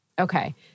Okay